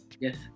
yes